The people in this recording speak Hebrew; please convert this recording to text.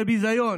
זה ביזיון.